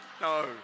no